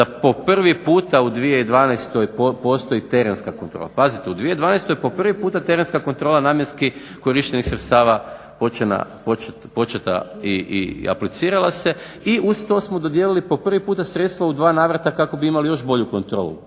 da po prvi puta u 2012. postoji terenska kontrola. Pazite, u 2012. po prvi puta terenska kontrola namjenski korištenih sredstava početa i aplicirala se i uz to smo dodijelili po prvi puta sredstva u dva navrata kako bi imali još bolju kontrolu.